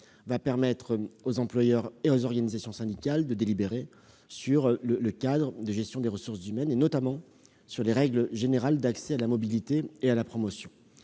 va permettre aux employeurs et aux organisations syndicales de délibérer sur le cadre de gestion des ressources humaines, notamment sur les règles générales d'accès à la mobilité et à la promotion.